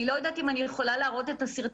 אני לא יודעת אם אני יכולה להראות את הסרטון.